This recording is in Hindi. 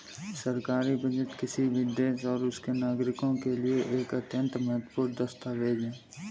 सरकारी बजट किसी भी देश और उसके नागरिकों के लिए एक अत्यंत महत्वपूर्ण दस्तावेज है